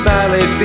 Sally